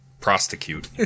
Prosecute